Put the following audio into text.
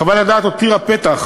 חוות הדעת הותירה פתח